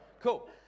Cool